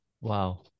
Wow